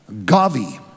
Gavi